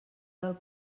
del